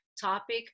topic